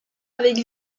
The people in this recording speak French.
avec